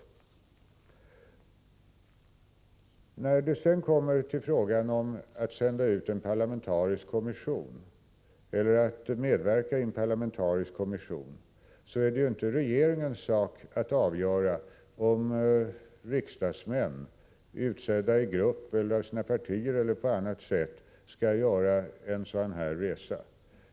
När det sedan kommer till frågan om att sända ut en parlamentarisk kommission eller att medverka i en sådan, är det ju inte regeringens sak att avgöra om riksdagsmän, utsedda i grupp, av sina partier eller på annat sätt, skall göra en sådan resa.